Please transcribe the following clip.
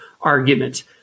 argument